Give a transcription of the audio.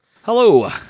Hello